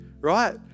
right